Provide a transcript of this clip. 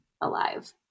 alive